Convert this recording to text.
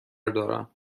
دارم